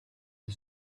the